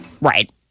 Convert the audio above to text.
Right